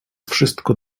wszystko